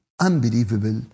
unbelievable